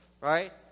right